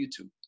YouTube